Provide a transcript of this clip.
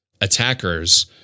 attackers